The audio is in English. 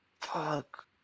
fuck